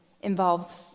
involves